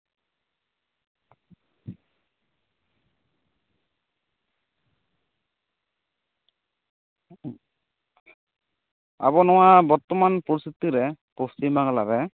ᱟᱵᱚ ᱱᱚᱣᱟ ᱵᱚᱨᱛᱚᱢᱟᱱ ᱯᱚᱨᱤᱥᱛᱷᱤᱛᱤ ᱨᱮ ᱯᱚᱥᱪᱷᱤᱢ ᱵᱟᱝᱞᱟ ᱨᱮ